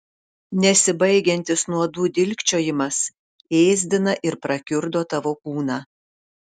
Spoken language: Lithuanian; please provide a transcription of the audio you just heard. nesibaigiantis nuodų dilgčiojimas ėsdina ir prakiurdo tavo kūną